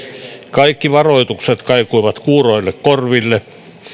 kaikki varoitukset kaikuivat kuuroille korville